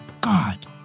God